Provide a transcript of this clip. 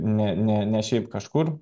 ne ne ne šiaip kažkur